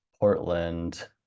Portland